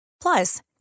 Plus